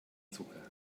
zucker